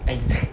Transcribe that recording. exactly